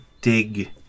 dig